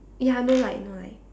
ya no light no light